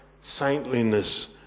saintliness